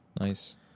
Nice